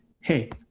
Hey